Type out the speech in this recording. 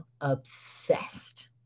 obsessed